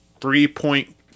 three-point